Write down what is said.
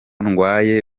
ndwaye